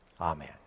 Amen